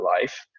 life